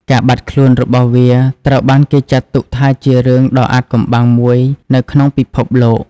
ការបាត់ខ្លួនរបស់វាត្រូវបានគេចាត់ទុកថាជារឿងដ៏អាថ៌កំបាំងមួយនៅក្នុងពិភពលោក។